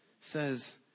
says